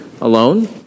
alone